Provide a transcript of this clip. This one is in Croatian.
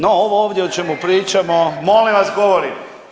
No, ovo ovdje o čemu pričamo, …… [[Upadica sa strane, ne razumije se.]] Molim vas govorim!